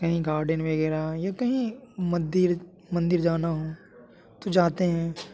कहीं गार्डन वगैरह या कहीं मंदिर जाना हो तो जाते हैं